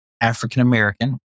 African-American